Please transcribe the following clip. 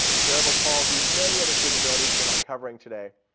cerebral palsy, many other capabilities we are not covering today.